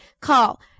Call